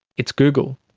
it's google.